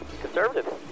conservative